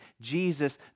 Jesus